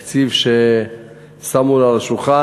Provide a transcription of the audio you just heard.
זה תקציב ששמו לו על השולחן.